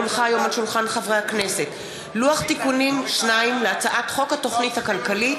כי הונח היום על שולחן הכנסת לוח תיקונים 2 להצעת חוק התוכנית הכלכלית